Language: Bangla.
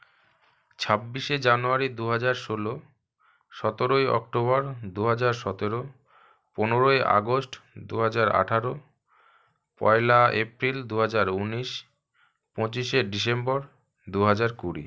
ছাব্বিশে জানুয়ারি দু হাজার ষোলো সতেরোই অক্টোবর দুহাজার সতেরো পনেরোই আগস্ট দুহাজার আঠারো পয়লা এপ্রিল দুহাজার উনিশ পঁচিশে ডিসেম্বর দুহাজার কুড়ি